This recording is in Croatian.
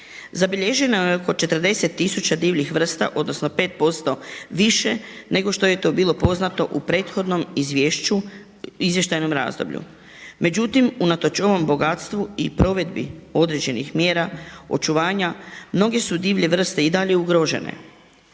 Zabilježeno je oko 40000 divljih vrsta, odnosno 5% više nego što je to bilo poznato u prethodnom izvještajnom razdoblju. Međutim, unatoč ovom bogatstvu i provedbi određenih mjera očuvanja mnoge su divlje vrste i dalje ugrožene.